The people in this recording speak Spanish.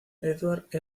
edward